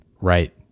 right